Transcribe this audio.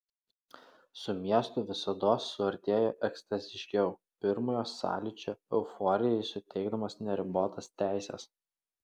su miestu visados suartėju ekstaziškiau pirmojo sąlyčio euforijai suteikdamas neribotas teises